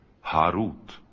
Harut